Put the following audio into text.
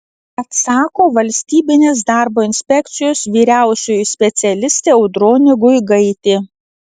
atsako valstybinės darbo inspekcijos vyriausioji specialistė audronė guigaitė